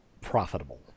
profitable